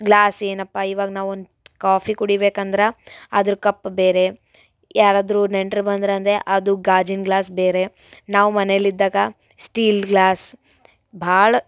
glass ಏನಪ್ಪ ಇವಾಗ ನಾವೊಂದು ಕಾಫಿ ಕುಡಿಬೇಕಂದ್ರೆ ಅದ್ರ ಕಪ್ ಬೇರೆ ಯಾರಾದರೋ ನೆಂಟ್ರು ಬಂದರಂದ್ರೆ ಅದು ಗಾಜಿನ ಗ್ಲಾಸ್ ಬೇರೆ ನಾವು ಮನೆಯಲ್ಲಿದ್ದಾಗ ಸ್ಟೀಲ್ ಗ್ಲಾಸ್ ಭಾಳ